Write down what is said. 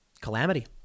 calamity